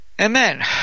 amen